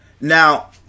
Now